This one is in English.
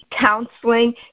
counseling